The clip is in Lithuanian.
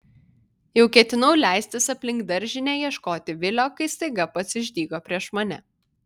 jau ketinau leistis aplink daržinę ieškoti vilio kai staiga pats išdygo prieš mane